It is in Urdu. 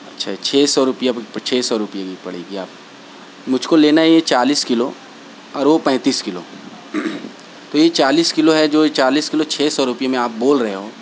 اچھا چھ سو روپیہ چھ سو روپیہ میں پڑے گی آپ مجھ کو لینا ہے یہ چالیس کلو اور وہ پینتیس کلو تو یہ چالیس کلو ہے جو یہ چالیس کلو چھ سو روپیے میں آپ بول رہے ہو